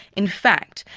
in fact,